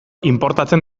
inportatzen